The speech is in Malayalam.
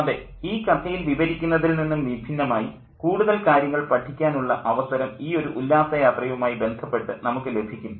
അതെ ഈ കഥയിൽ വിവരിക്കുന്നതിൽ നിന്നും വിഭിന്നമായി കൂടുതൽ കാര്യങ്ങൾ പഠിക്കാനുള്ള അവസരം ഈയൊരു ഉല്ലാസയാത്രയുമായി ബന്ധപ്പെട്ട് നമുക്കു ലഭിക്കുന്നു